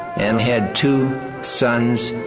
and had two sons,